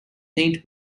saint